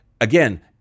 Again